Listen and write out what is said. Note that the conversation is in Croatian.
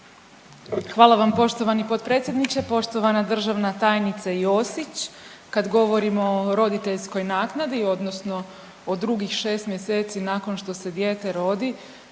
Hvala vam poštovani potpredsjedniče. Poštovana državna tajnice Josić, kad govorimo o roditeljskoj naknadi odnosno o drugih 6 mjeseci nakon što se dijete rodi